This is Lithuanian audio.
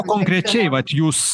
konkrečiai vat jūs